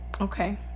Okay